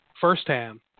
firsthand